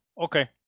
okay